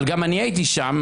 אבל גם אני הייתי שם,